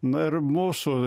na ir mūsų